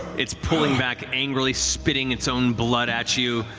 it's pulling back angrily, spitting its own blood at you.